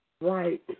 Right